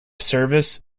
service